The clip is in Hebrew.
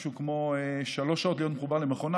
משהו כמו שלוש שעות להיות מחובר למכונה.